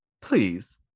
please